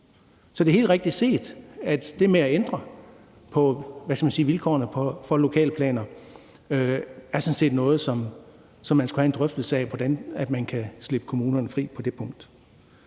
Så det er helt rigtigt set, at det med at ændre på vilkårene for lokalplaner sådan set er noget, som man skulle have en drøftelse af, altså hvordan kommunerne kunne slippes fri på det punkt.